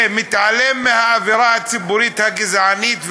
ומתעלם מהאווירה הציבורית הגזענית,